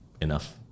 enough